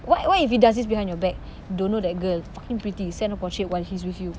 what what if he does this behind your back don't know that girl fucking pretty send her portrait while he's with you